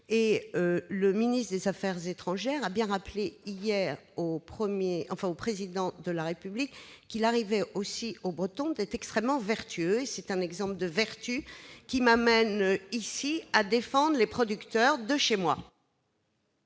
Le ministre des affaires étrangères a bien rappelé hier au Président de la République qu'il arrivait aussi aux Bretons d'être extrêmement vertueux. C'est un exemple de vertu qui m'amène ici à défendre les producteurs de chez moi.